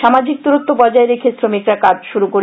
সামাজিক দুরত্ব বজায় রেখে শ্রমিকরা কাজ শুরু করেছেন